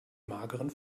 mageren